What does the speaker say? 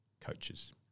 coaches